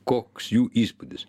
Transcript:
koks jų įspūdis